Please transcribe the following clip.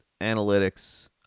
analytics